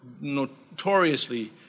notoriously